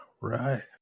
right